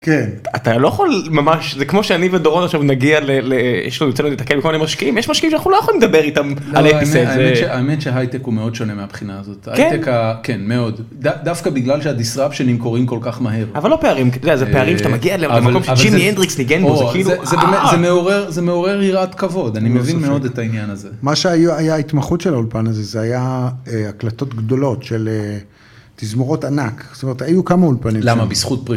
אתה לא יכול ממש... זה כמו שאני ודורון עכשיו נגיע ל.. יש לנו... יוצא לנו להיתקל בכל מיני משקיעים יש משקיעים שאנחנו לא יכולים לדבר איתם. האמת שהייטק הוא מאוד שונה מהבחינה הזאת. כן כן מאוד דווקא בגלל שהדיסטרפשינים קורים כל כך מהר. אבל זה לא פערים... אתה יודע זה פערים שאתה מגיע למקום שג'ימי הנדריקס ניגן בו זה כאילו זה מעורר זה מעורר יראת כבוד. אני מבין מאוד את העניין הזה. מה שהיה ההתמחות של האולפן הזה זה היה הקלטות גדולות של תזמורות ענק.